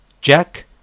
Jack